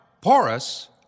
porous